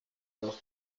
dos